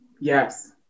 Yes